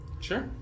Sure